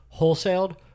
wholesaled